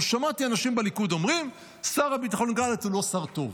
אבל שמעתי אנשים בליכוד אומרים: שר הביטחון גלנט הוא לא שר טוב.